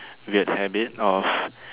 weird habit of